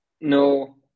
No